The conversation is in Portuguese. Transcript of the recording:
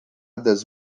das